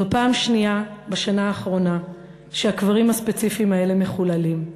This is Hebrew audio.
זו פעם שנייה בשנה האחרונה שהקברים הספציפיים האלה מחוללים,